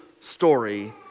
story